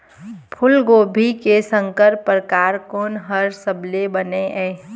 फूलगोभी के संकर परकार कोन हर सबले बने ये?